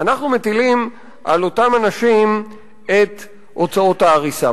אנחנו מטילים על אותם אנשים את הוצאות ההריסה,